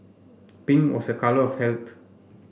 pink was a colour of health